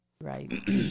right